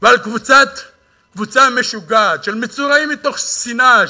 ועל קבוצה משוגעת של מצורעים מתוך שנאה,